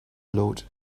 load